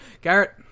Garrett